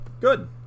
Good